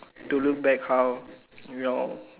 to look back how you know